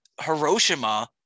Hiroshima